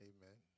Amen